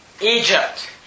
Egypt